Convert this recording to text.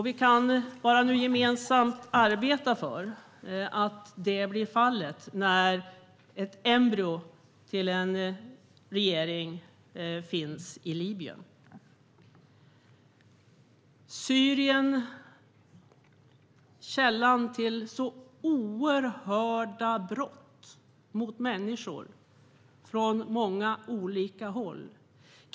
Vi kan nu gemensamt arbeta för att det blir fallet när ett embryo till en regering finns i Libyen. Syrien är källan till så oerhörda brott från många olika håll mot människor.